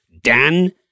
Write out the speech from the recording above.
Dan